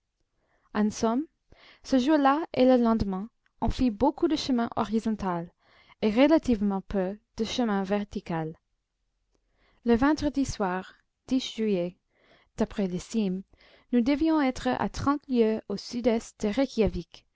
ce jour-là et le lendemain on fit beaucoup de chemin horizontal et relativement peu de chemin vertical le vendredi soir juillet d'après l'estime nous devions être à trente lieues au sud-est de reykjawik